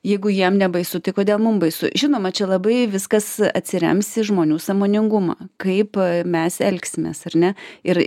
jeigu jiem nebaisu tai kodėl mum baisu žinoma čia labai viskas atsirems į žmonių sąmoningumą kaip mes elgsimės ar ne ir